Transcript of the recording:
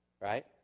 Right